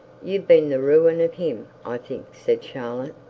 you've been the ruin of him, i think said charlotte.